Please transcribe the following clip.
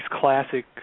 classic